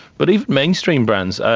but even mainstream brands.